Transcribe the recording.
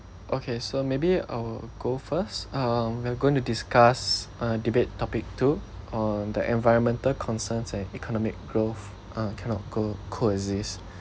okay so maybe I'll go first um we're going to discuss uh debate topic two on the environmental concerns and economic growth uh cannot co~ coexist